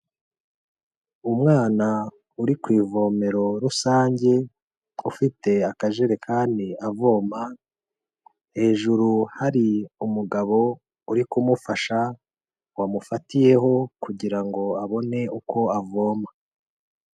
Umwana uri ku ivomero rusange ufite akajerekani avoma, hejuru hari umugabo uri kumufasha wamufatiyeho kugira ngo abone uko avoma.